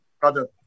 brother